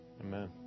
amen